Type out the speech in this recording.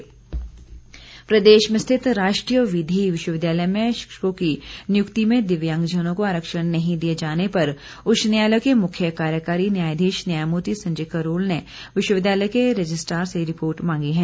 high court प्रदेश में स्थित राष्ट्रीय विधि विश्वविद्यालय में शिक्षकों की नियुक्ति में दिव्यांगजनों को आरक्षण नहीं दिए जाने पर उच्च न्यायालय के मुख्य कार्यकारी न्यायाधीश न्यायमूर्ति संजय करोल ने विश्वविद्यालय के रजिस्टार से रिपोर्ट मांगी है